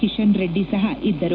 ಕಿಶನ್ ರೆಡ್ಡಿ ಸಹ ಇದ್ದರು